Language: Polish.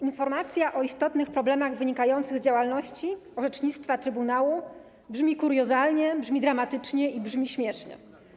Informacja o istotnych problemach wynikających z działalności i orzecznictwa trybunału - brzmi kuriozalnie, brzmi dramatycznie i brzmi śmiesznie.